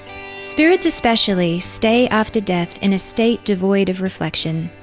spirits especially, stay after death in a state devoid of reflection.